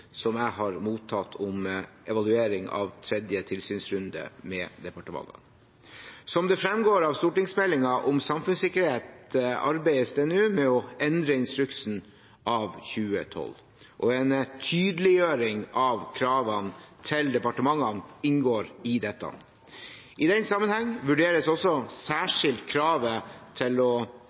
som jeg har mottatt om evaluering av tredje tilsynsrunde med departementene. Som det fremgår av stortingsmeldingen om samfunnssikkerhet, arbeides det nå med å endre instruksen av 2012, og en tydeliggjøring av kravene til departementene inngår i dette. I den sammenheng vurderes også særskilt kravet til å